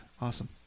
awesome